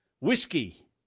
whiskey